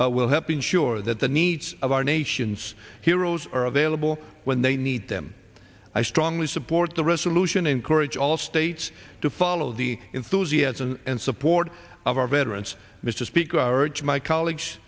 will help ensure that the needs of our nation's heroes are available when they need them i strongly support the resolution encourage all states to follow the enthusiasm and support of our veterans mr speak